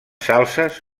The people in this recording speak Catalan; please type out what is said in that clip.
salses